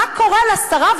מה קורה לשרה?